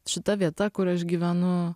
šita vieta kur aš gyvenu